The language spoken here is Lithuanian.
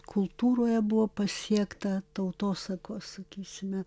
kultūroje buvo pasiekta tautosakos sakysime